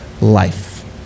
life